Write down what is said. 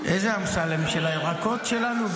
איזה אמסלם, של הירקות שלנו?